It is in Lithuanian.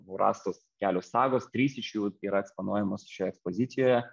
buvo rastos kelios sagos trys iš jų yra eksponuojamos šioje ekspozicijoje